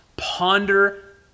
Ponder